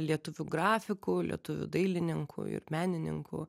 lietuvių grafikų lietuvių dailininkų ir menininkų